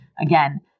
Again